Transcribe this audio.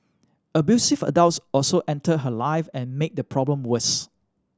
abusive adults also entered her life and made the problem worse